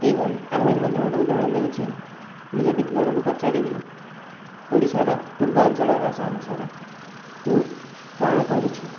ଏହିଭଳି ଆହୁରି ମଧ୍ୟ ଗୋଟିଏ ଉଦାହରଣ ଦେଉଛି ମୁଁ ଯଦି ଜଣକୁ ପଚାରିବି ଓଡ଼ିଶାର ପୁର୍ବାଞ୍ଚଳର ଭାଷା ଅନୁସାରେ ତୁ କ'ଣ କରୁଛୁ